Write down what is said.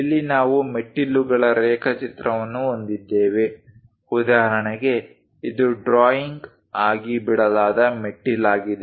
ಇಲ್ಲಿ ನಾವು ಮೆಟ್ಟಿಲುಗಳ ರೇಖಾಚಿತ್ರವನ್ನು ಹೊಂದಿದ್ದೇವೆ ಉದಾಹರಣೆಗೆ ಇದು ಡ್ರಾಯಿಂಗ್ ಆಗಿ ನೀಡಲಾದ ಮೆಟ್ಟಿಲಾಗಿದೆ